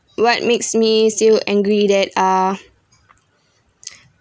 what makes me still angry that uh